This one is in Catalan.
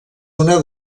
una